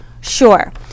sure